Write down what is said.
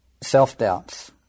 self-doubts